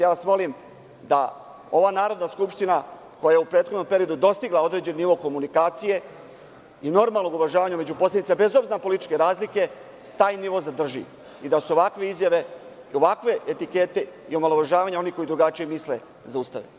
Ja vas molim da ova Narodna skupština, koja je u prethodnom periodu dostigla određeni nivo komunikacije i normalnog uvažavanja među poslanicima, bez obzira na političke razlike, taj nivo zadrži i da se ovakve izjave, ovakve etikete i omalovažavanje onih koji drugačije misle, zaustave.